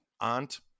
aunt